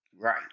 right